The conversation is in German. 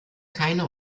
keine